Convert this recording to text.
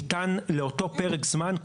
ניתן לאותו פרק זמן,